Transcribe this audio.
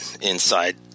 inside